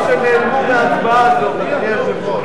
יש פה כמה, שנעלמו מההצבעה הזאת, אדוני היושב-ראש.